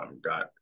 got